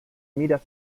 miras